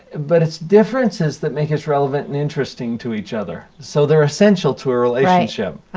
but it's differences that makes us relevant and interesting to each other. so, they're essential to our relationship.